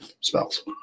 spells